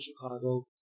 Chicago